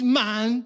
man